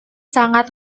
sangat